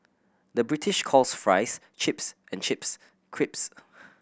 the British calls fries chips and chips crisps